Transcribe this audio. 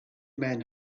men